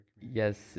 Yes